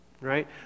right